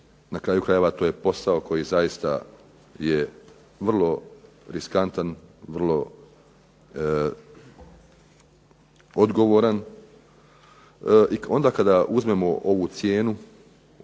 na kraju krajeva to je posao koji je vrlo riskantan, vrlo odgovoran. I onda kada uzmemo ovu cijenu,